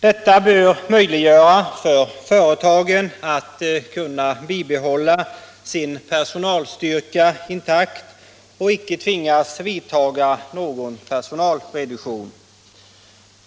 Det bör möjliggöra för företagen att bibehålla sin personalstyrka intakt och inte tvingas vidta någon personalreduktion.